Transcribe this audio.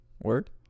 Word